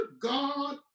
God